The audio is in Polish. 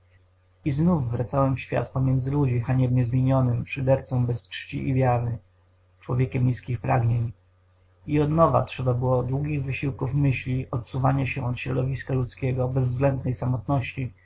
i znów wracałem w świat pomiędzy ludzi haniebnie zmienionym szydercą bez czci i wiary człowiekiem nizkich pragnień i od nowa trzeba było długich wysiłków myśli odsuwania się od środowiska ludzkiego bezwględnej samotności